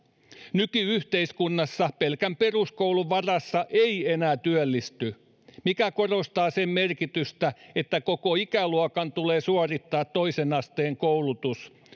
nyky yhteiskunnassa pelkän peruskoulun varassa ei enää työllisty mikä korostaa sen merkitystä että koko ikäluokan tulee suorittaa toisen asteen koulutus